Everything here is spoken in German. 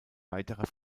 weiterer